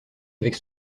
avec